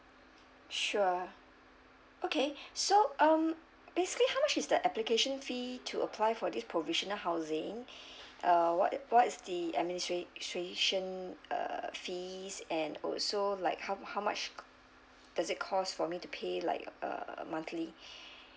sure okay so um basically how much is the application fee to apply for this provisional housing uh what what is the administra~ tration uh fees and also like how how much co~ does it cost for me to pay like uh monthly